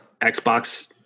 xbox